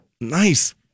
nice